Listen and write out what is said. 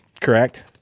correct